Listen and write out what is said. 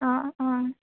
অ অ